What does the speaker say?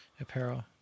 apparel